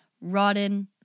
rotten